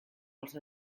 els